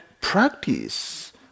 practice